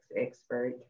expert